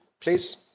Please